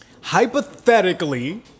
hypothetically